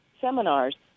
seminars